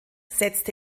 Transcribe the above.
setzte